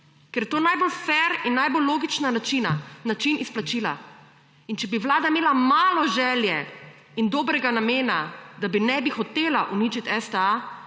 Ker je to najbolj fer in najbolj logična načina, način izplačila. In če bi vlada imela malo želje in dobrega namena, da ne bi hotela uničiti STA,